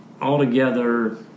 altogether